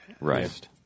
Right